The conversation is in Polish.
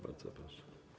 Bardzo proszę.